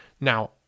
Now